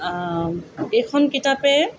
এইখন কিতাপে